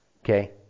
Okay